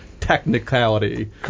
technicality